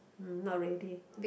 hmm not ready